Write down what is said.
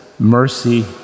mercy